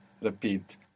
repeat